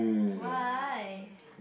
why